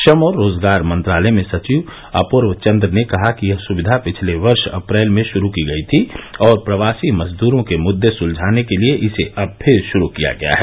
श्रम और रोजगार मंत्रालय में सचिव अपूर्व चन्द्र ने कहा कि यह सुविधा पिछले वर्ष अप्रैल में शुरू की गई थी और प्रवासी मजदूरों के मुद्दे सुलझाने के लिए इसे अब फिर शुरू किया गया है